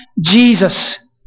Jesus